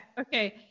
okay